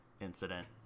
incident